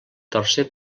tercer